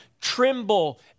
tremble